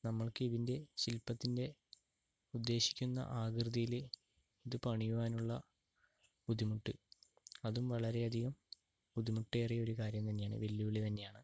നമ്മൾക്കിതിൻ്റെ ശില്പത്തിൻ്റെ ഉദ്ദേശിക്കുന്ന ആകൃതില് ഇത് പണിയുവാനുള്ള ബുദ്ധിമുട്ട് അതും വളരെയധികം ബുദ്ധിമുട്ടേറിയ ഒരു കാര്യം തന്നെയാണ് വെല്ലുവിളി തന്നെയാണ്